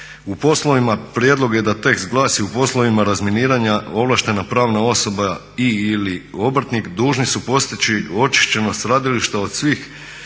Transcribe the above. u poslovima prijedlog je da tekst glasi u poslovima razminiranja ovlaštena pravna osoba i/ili obrtnik dužni su postići očišćenost radilišta od svih